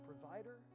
provider